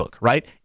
right